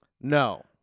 No